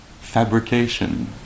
fabrication